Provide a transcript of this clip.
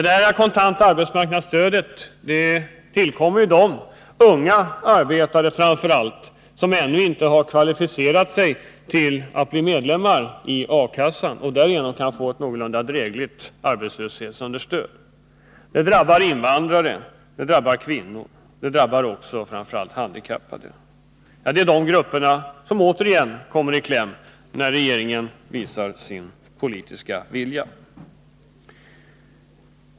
Det kontanta arbetsmarknadsstödet tillkommer ju framför allt unga arbetare som ännu inte har kvalificerat sig för medlemskap i A-kassan så att de därigenom kan få ett någorlunda drägligt arbetslöshetsunderstöd. Det drabbar invandrare, det drabbar kvinnor, det drabbar framför allt handikappade. Det är de grupperna som återigen kommer i kläm när regeringen visar sin politiska vilja.